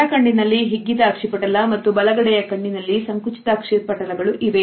ಎಡ ಕಣ್ಣಿನಲ್ಲಿ ಹಿಗ್ಗಿದ ಅಕ್ಷಿಪಟಲ ಮತ್ತು ಬಲಗಡೆ ನಲ್ಲಿ ಸಂಕುಚಿತ ಅಕ್ಷಿಪಟಲ ಗಳು ಇವೆ